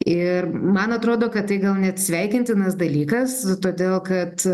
ir man atrodo kad tai gal net sveikintinas dalykas todėl kad